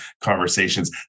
conversations